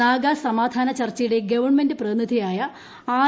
നാഗാ സമാധാന ചർച്ചയുടെ ഗവൺമെന്റ് പ്രതിനിധിയായ ആർ